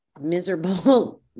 miserable